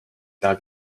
teha